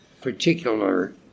particular